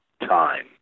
time